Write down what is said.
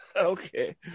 okay